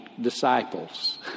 disciples